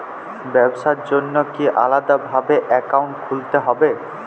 ব্যাবসার জন্য কি আলাদা ভাবে অ্যাকাউন্ট খুলতে হবে?